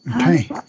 Okay